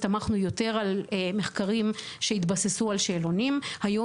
היה צריך להיות מישהו שיידעו שפונים אליו,